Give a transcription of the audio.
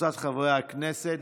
וקבוצת חברי הכנסת.